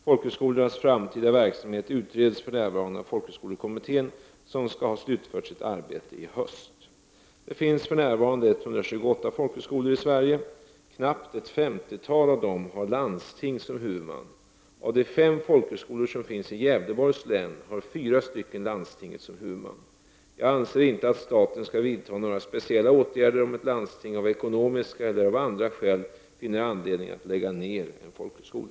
Folkhögskolornas framtida verksamhet utreds för närvarande av folkhögskolekommittén, som skall ha slutfört sitt arbete i höst. Det finns för närvarande 128 folkhögskolor i Sverige. Knappt ett femtiotal av dem har landsting som huvudman. Av de fem folkhögskolor som finns i Gävleborgs län har fyra landstinget som huvudman. Jag anser inte att staten skall vidta några speciella åtgärder om ett landsting av ekonomiska eller av andra skäl finner anledning att lägga ned en folkhögskola.